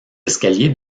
escaliers